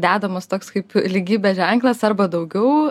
dedamas toks kaip lygybės ženklas arba daugiau